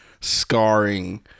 Scarring